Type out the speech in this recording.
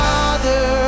Father